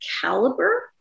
caliber